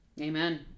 Amen